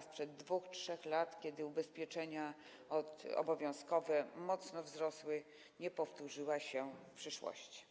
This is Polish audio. sprzed 2–3 lat, kiedy ubezpieczenia obowiązkowe mocno wzrosły, nie powtórzyła się w przyszłości.